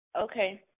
Okay